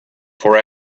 for